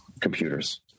computers